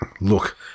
Look